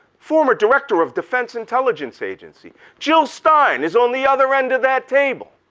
former director of defense intelligence agency. jill stein is on the other end of that table,